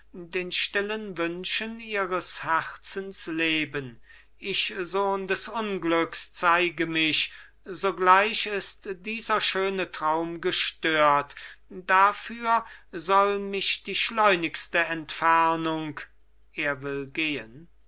den stillen wünschen ihres herzens leben ich sohn des unglücks zeige mich sogleich ist dieser schöne traum gestört dafür soll mich die schleunigste entfernung er will gehen